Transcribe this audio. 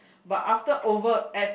but after over at